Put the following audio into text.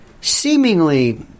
seemingly